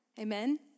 Amen